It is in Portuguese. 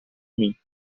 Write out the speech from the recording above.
mim